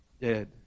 Dead